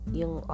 yung